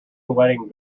wedding